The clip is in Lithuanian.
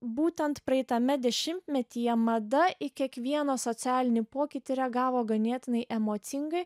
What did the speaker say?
būtent praeitame dešimtmetyje mada į kiekvieną socialinį pokytį reagavo ganėtinai emocingai